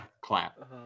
clap